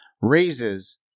raises